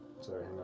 Sorry